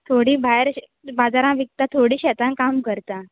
थोडी भायर बाजारांत विकता थोडी शेतांत काम करता